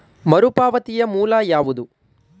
ಮರುಪಾವತಿಯ ಮೂಲ ಯಾವುದು?